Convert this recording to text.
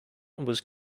was